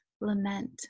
lament